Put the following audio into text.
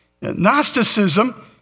Gnosticism